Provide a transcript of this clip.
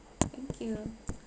thank you